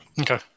okay